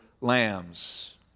lambs